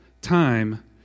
time